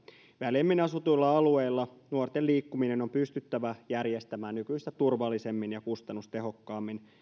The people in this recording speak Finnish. väljemmin asutuilla alueilla nuorten liikkuminen on pystyttävä järjestämään nykyistä turvallisemmin ja kustannustehokkaammin